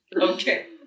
Okay